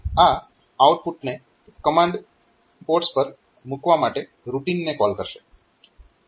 આ આઉટપુટને command ports પર મૂકવા માટે રૂટીન ને કોલ કરશે